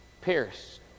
pierce